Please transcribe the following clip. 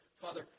Father